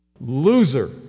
Loser